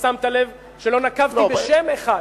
שמת לב שלא נקבתי בשם אחד.